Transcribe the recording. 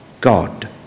God